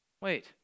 wait